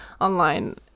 online